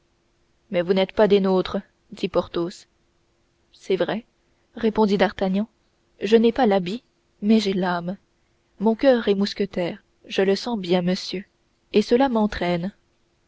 mais vous n'êtes pas des nôtres dit porthos c'est vrai répondit d'artagnan je n'ai pas l'habit mais j'ai l'âme mon coeur est mousquetaire je le sens bien monsieur et cela m'entraîne